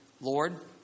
Lord